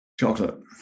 chocolate